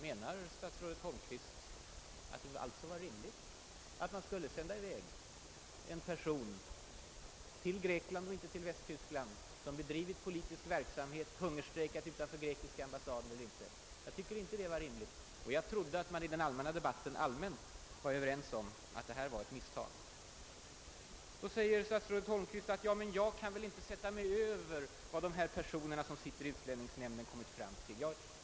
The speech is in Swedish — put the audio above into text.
Menar alltså statsrådet Holmqvist, att det var rimligt att sända i väg en person till Grekland och inte till Västtyskland, en person som bedrivit politisk verksamhet i Stockholm och som <:hungerstrejkat utanför grekiska ambassaden här? Jag tycker inte det var rimligt, jag trodde att det i den allmänna debatten rådde enighet om att det här var ett misstag. Men jag kan väl inte, säger statsrådet Holmqvist, sätta mig över vad de personer som sitter i utlänningsnämnden kommit fram till.